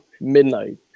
midnight